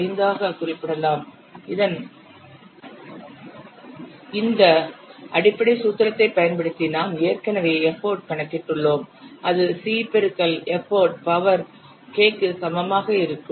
5 ஆகக் குறிப்பிடலாம் இந்த அடிப்படை சூத்திரத்தைப் பயன்படுத்தி நாம் ஏற்கனவே எப்போட் கணக்கிட்டுள்ளோம் அது c பெருக்கல் எப்போட் பவர் k க்கு சமமாக இருக்கும்